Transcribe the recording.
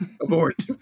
Abort